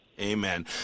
Amen